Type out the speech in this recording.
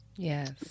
Yes